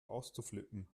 auszuflippen